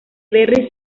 berry